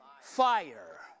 fire